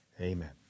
Amen